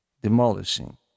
demolishing